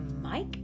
Mike